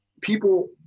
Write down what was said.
people